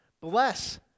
bless